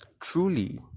truly